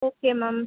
okay ma'am